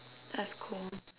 that's cool